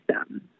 system